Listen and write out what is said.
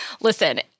listen